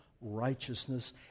righteousness